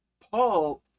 Paul